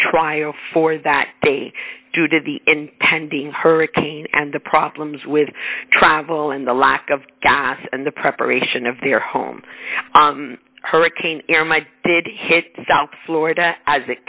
trial for that they do to the impending hurricane and the problems with travel and the lack of gas and the preparation of their home hurricane am i did hit south florida as it